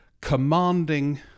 commanding